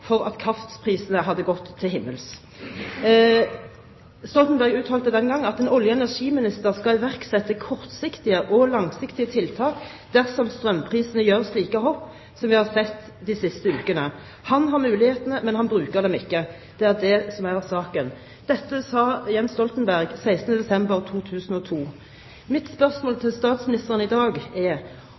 for at kraftprisene hadde gått til himmels. Stoltenberg uttalte den gang: «En olje- og energiminister skal iverksette kortsiktige og langsiktige tiltak dersom strømprisene gjør slike hopp som vi har sett de siste ukene. Han har mulighetene, men han bruker dem ikke. Det er det som er saken.» Dette sa Jens Stoltenberg den 16. desember 2002. Mitt spørsmål til statsministeren i dag er